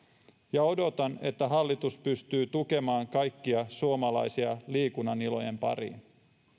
ja odotan että hallitus pystyy tukemaan kaikkia suomalaisia liikunnan ilojen pariin